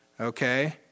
Okay